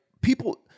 people